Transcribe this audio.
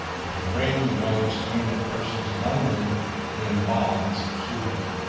and to bring the most eminent persons among them in bonds to him.